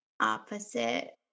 opposite